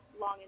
long